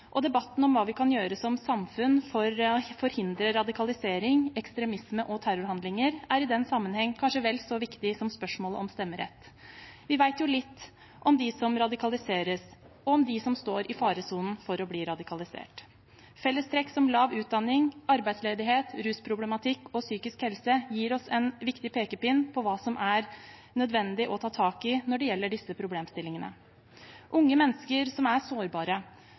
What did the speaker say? Debatten om hva vi kan gjøre som samfunn for å forhindre radikalisering, ekstremisme og terrorhandlinger, er i den sammenheng kanskje vel så viktig som spørsmålet om stemmerett. Vi vet litt om dem som radikaleres, og om dem som står i faresonen for å bli radikalisert. Fellestrekk som lav utdanning, arbeidsledighet, rusproblematikk og psykisk helse gir oss en viktig pekepinn på hva som er nødvendig å ta tak i når det gjelder disse problemstillingene. Unge mennesker som er sårbare,